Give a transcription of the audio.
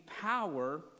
power